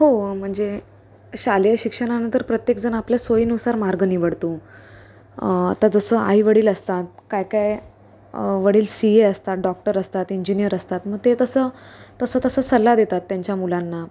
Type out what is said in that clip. हो म्हणजे शालेय शिक्षणानंतर प्रत्येकजण आपल्या सोयीनुसार मार्ग निवडतो आता जसं आई वडील असतात काय काय वडील सी ए असतात डॉक्टर असतात इंजीनियर असतात मग ते तसं तसं तसं सल्ला देतात त्यांच्या मुलांना